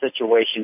situation